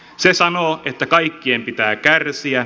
se sanoo että kaikkien pitää kärsiä